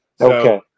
Okay